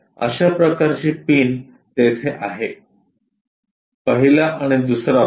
तर अशा प्रकारची पिन तेथे आहे पहिला आणि दुसरा भाग